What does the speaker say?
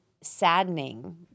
saddening